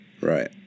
Right